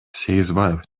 сегизбаев